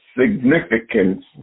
significance